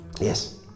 Yes